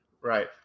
Right